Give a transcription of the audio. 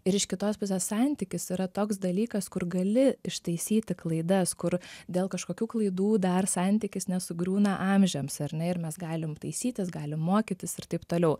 ir iš kitos pusės santykis yra toks dalykas kur gali ištaisyti klaidas kur dėl kažkokių klaidų dar santykis nesugriūna amžiams ar ne ir mes galim taisytis galim mokytis ir taip toliau